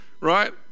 right